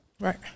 Right